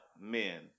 men